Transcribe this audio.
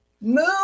Move